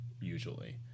usually